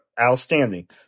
outstanding